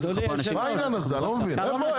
אני לא מבין.